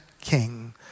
king